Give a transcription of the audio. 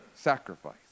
sacrifice